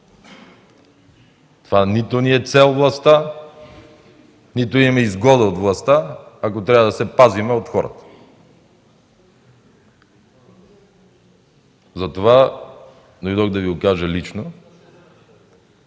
Това нито ни е цел – властта, нито имаме изгода от властта, ако трябва да се пазим от хората. Затова дойдох да Ви го кажа лично,